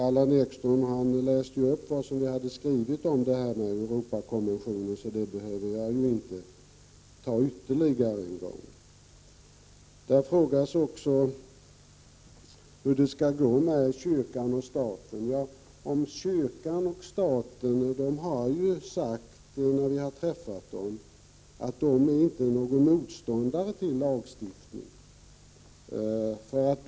Allan Ekström läste ju upp vad som skrivits om Europakommissionen, så jag behöver inte ta upp detta ytterligare en gång. Det frågas också om kyrkan och staten. Representanter från kyrka och stat har ju, när vi har träffat dem, sagt att de inte är motståndare till en lagstiftning.